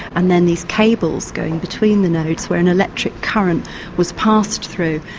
and then these cables going between the nodes where an electric current was passed through,